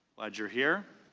glad you are here.